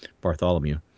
bartholomew